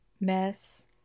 mess